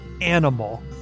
animal